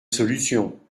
solution